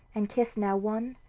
and kissed now one,